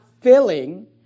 filling